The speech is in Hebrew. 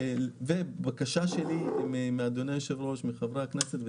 בקשה שלי מאדוני היושב-ראש ומחברי הכנסת,